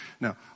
Now